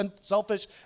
selfish